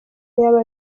yaba